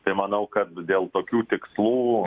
tai manau kad dėl tokių tikslų